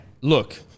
Look